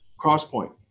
Crosspoint